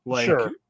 Sure